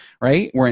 right